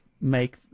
make